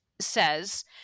says